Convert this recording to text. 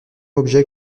objet